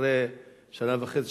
אחרי שנה וחצי,